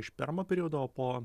iš permo periodo o po